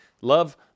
love